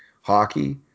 hockey